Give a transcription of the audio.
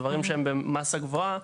דברים שהם במסה גבוהה,